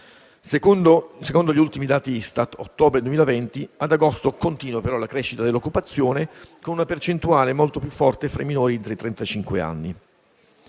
Secondo gli ultimi dati Istat (ottobre 2020) ad agosto continua però la crescita dell'occupazione, con una percentuale molto più forte fra i minori di trentacinque anni.